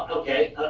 okay.